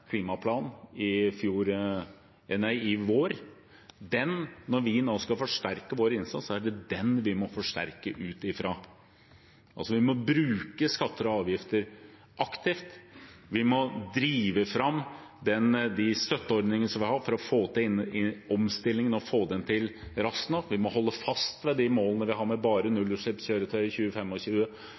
klimaplan i vår, og når vi nå skal forsterke vår innsats, er det den vi må forsterke ut fra. Vi må bruke skatter og avgifter aktivt, vi må drive fram de støtteordningene som vi har for å få til omstillingen og få den til raskt nok, vi må holde fast ved de målene vi har om bare nullutslippskjøretøy